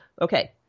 Okay